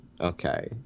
Okay